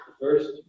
First